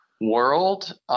world